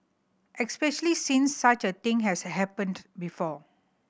especially since such a thing has happened before